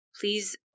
please